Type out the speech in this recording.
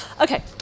Okay